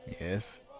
Yes